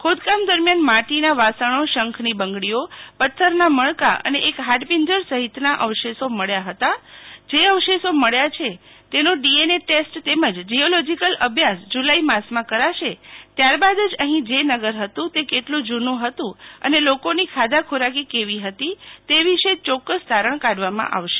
ખોદકામ દરમિયાન માટીના વાસણો શંખની બંગડીઓ પથ્થરના મણકા અને એક હાડપીંજર સહિતના અવશેષો મળ્યા છે તેનો ડીએનએ ટેસ્ટ તેમજ જીઓલોજીકલ અભ્યાસ જુલાઈ માસમાં કરાશે ત્યાર બાદ જ અહીં જે નગર હતું તે કેટલું જૂનુ હતું અને લોકોની ખાધા ખોરાકી કેવી હતી તે વિશે ચોક્કસ તારણ કાઢવામાં આવશે